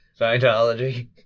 Scientology